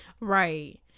Right